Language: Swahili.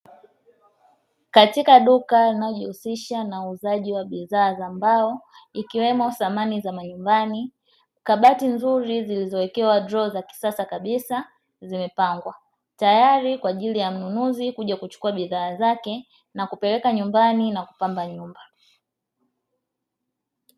Katika duka linalojihusisha na uuzaji wa bidhaa za mbao ikiwemo samani za manyumbani, kabati nzuri zilizowekewa droo za kisasa kabisa zimepangwa tayari kwa ajili ya mnunuzi kuja kuchukua bidhaa zake na kupeleka nyumbani na kupamba nyumba.